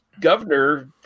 governor